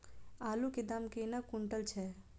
आलु केँ दाम केना कुनटल छैय?